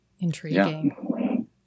Intriguing